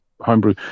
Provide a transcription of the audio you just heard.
homebrew